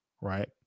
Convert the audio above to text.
right